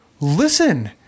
Listen